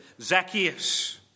Zacchaeus